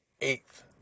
eighth